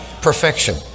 Perfection